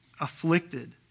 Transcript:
afflicted